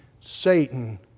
Satan